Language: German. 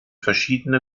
verschiedene